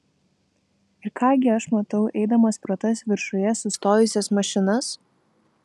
ir ką gi aš matau eidamas pro tas viršuje sustojusias mašinas